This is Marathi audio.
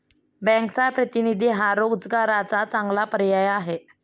बँकचा प्रतिनिधी हा रोजगाराचा चांगला पर्याय आहे